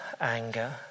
anger